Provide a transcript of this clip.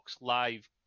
Live